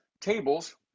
tables